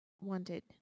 wanted